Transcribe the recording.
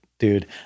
Dude